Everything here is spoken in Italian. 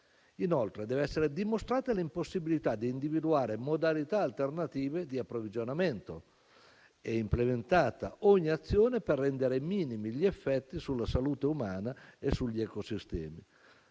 Inoltre, deve essere dimostrata l'impossibilità di individuare modalità alternative di approvvigionamento e implementata ogni azione per rendere minimi gli effetti sulla salute umana e sugli ecosistemi.